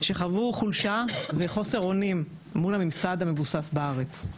שחוו חולשה וחוסר אונים מול הממסד המבוסס בארץ,